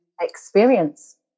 experience